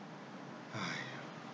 !aiya!